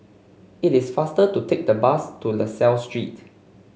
it is faster to take the bus to La Salle Street